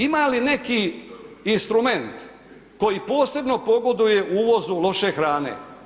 Ima li neki instrument koji posebno pogoduje uvozu loše hrane?